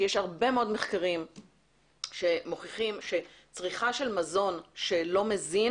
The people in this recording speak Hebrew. שיש הרבה מאוד מחקרים שמוכיחים שצריכה של מזון שלא מזין